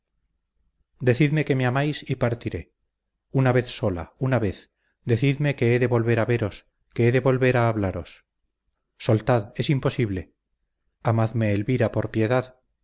decidme que me amáis y partiré una vez sola una vez decidme que he de volver a veros que he de volver a hablaros soltad es imposible amadme elvira por piedad